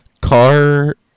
car